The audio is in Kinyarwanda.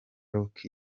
rock